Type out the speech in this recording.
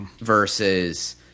versus